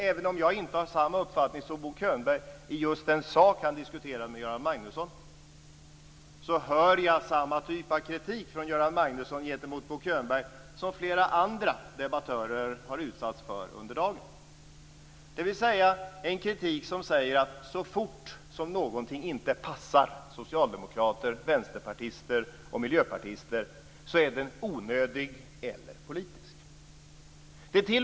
Även om jag inte har samma uppfattning som Bo Könberg i just den sak som han diskuterar med Göran Magnusson hör jag samma typ av kritik från Göran Magnusson gentemot Bo Könberg som flera andra debattörer har utsatts för under dagen. Det är en kritik som säger att så fort det är någonting som inte passar socialdemokrater, vänsterpartister och miljöpartister är det en onödig eller politisk kritik.